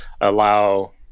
allow